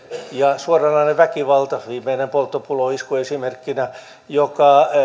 ja suoranainen väkivalta viimeinen polttopulloisku esimerkkinä jota